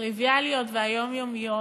הטריוויאליות והיומיומיות